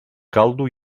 caldo